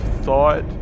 thought